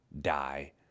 die